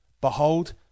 Behold